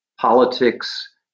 politics